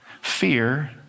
Fear